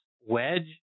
wedge